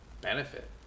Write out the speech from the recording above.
benefit